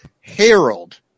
Harold